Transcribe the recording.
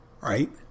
right